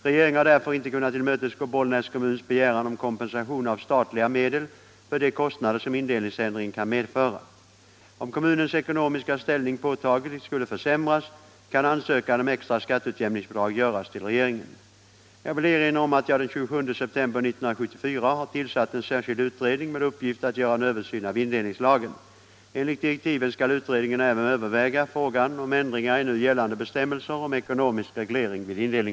Regeringen har därför inte kunnat tillmötesgå Bollnäs kommuns begäran om kompensation av statliga medel för de kostnader som indelningsändringen kan medföra. Om kommunens ekonomiska ställning påtagligt skulle försämras kan ansökan om extra skatteutjämningsbidrag göras till regeringen.